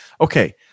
Okay